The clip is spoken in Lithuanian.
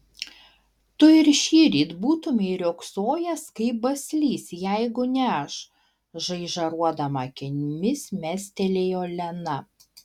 tu ir šįryt būtumei riogsojęs kaip baslys jeigu ne aš žaižaruodama akimis mestelėjo lena